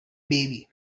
baby